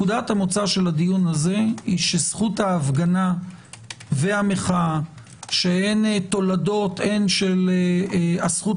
שזכות ההפגנה והמחאה שהן תולדות הן של הזכות